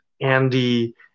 andy